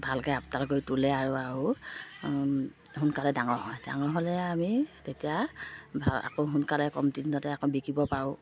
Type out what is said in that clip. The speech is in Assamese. ভালকৈ আপতাল কৰি তোলে আৰু আৰু সোনকালে ডাঙৰ হয় ডাঙৰ হ'লে আমি তেতিয়া ভাল আকৌ সোনকালে কমটি দিনতে আকৌ বিকিব পাৰোঁ